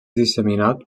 disseminat